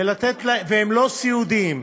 שהם לא סיעודיים,